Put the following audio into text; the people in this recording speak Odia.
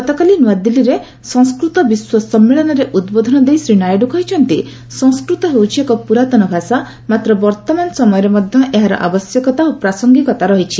ଗତକାଲି ନୂଆଦିଲ୍ଲୀରେ ସଂସ୍କୃତ ବିଶ୍ୱ ସମ୍ମେଳନରେ ଉଦ୍ବୋଧନ ଦେଇ ଶ୍ରୀ ନାଇଡ଼ୁ କହିଛନ୍ତି ସଂସ୍କୃତ ହେଉଛି ଏକ ପୁରାତନ ଭାଷା ମାତ୍ର ବର୍ତ୍ତମାନ ସମୟରେ ମଧ୍ୟ ଏହାର ଆବଶ୍ୟକତା ଓ ପ୍ରାସଙ୍ଗିକତା ରହିଛି